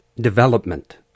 development